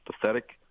pathetic